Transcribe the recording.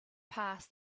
passed